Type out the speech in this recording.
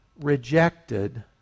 rejected